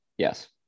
Yes